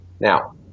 Now